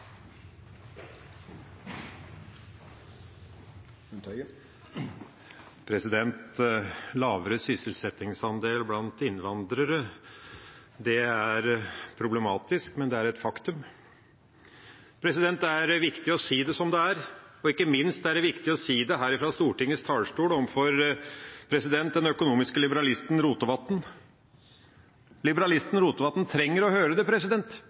Lavere sysselsettingsandel blant innvandrere er problematisk, men det er et faktum. Det er viktig å si det som det er, og ikke minst er det viktig å si det her, fra Stortingets talerstol, til den økonomiske liberalisten Rotevatn. Liberalisten Rotevatn trenger å høre det